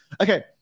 Okay